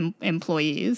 employees